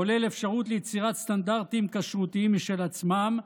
כולל אפשרות ליצירת סטנדרטים כשרותיים משל עצמם,